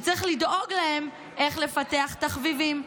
שצריך לדאוג להם איך לפתח תחביבים,